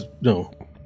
No